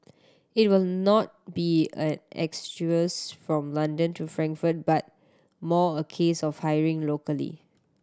it will not be an exodus from London to Frankfurt but more a case of hiring locally